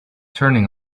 turning